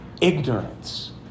ignorance